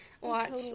watch